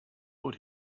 board